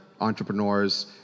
entrepreneurs